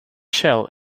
shell